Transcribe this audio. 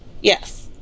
Yes